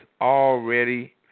already